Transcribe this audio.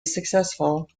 successful